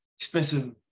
expensive